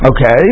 Okay